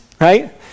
right